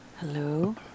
Hello